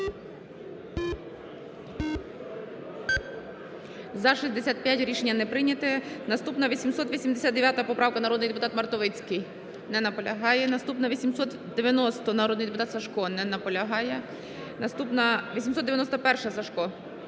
За-65 Рішення не прийняте. Наступна 889 поправка, народний депутат Мартовицький. Не наполягає. Наступна 890-а, народний депутат Сажко. Не наполягає. Наступна 891-а, Сажко.